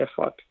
effort